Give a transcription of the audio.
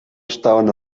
estaven